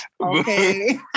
okay